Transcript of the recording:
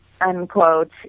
unquote